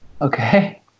okay